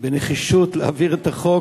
בנחישות להעביר את החוק,